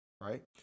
right